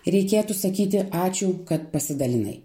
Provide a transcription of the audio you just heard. reikėtų sakyti ačiū kad pasidalinai